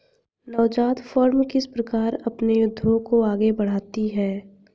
नवजात फ़र्में किस प्रकार अपने उद्योग को आगे बढ़ाती हैं?